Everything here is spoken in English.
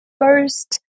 first